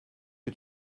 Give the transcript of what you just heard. que